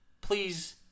please